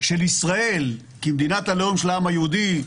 של ישראל כמדינת הלאום של העם היהודי,